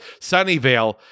Sunnyvale